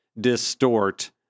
distort